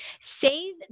save